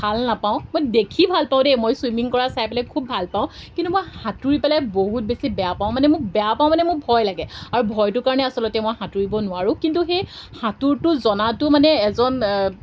ভাল নাপাওঁ মই দেখি ভাল পাওঁ দেই মই ছুইমিং কৰা চাই পেলাই খুব ভাল পাওঁ কিন্তু মই সাঁতুৰি পেলাই বহুত বেছি বেয়া পাওঁ মানে মোক বেয়া পাওঁ মানে মোৰ ভয় লাগে আৰু ভয়টোৰ কাৰণে আচলতে মই সাঁতুৰিব নোৱাৰোঁ কিন্তু সেই সাঁতোৰটো জনাটো মানে এজন